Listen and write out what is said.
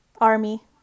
Army